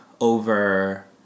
over